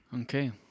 Okay